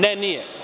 Ne nije.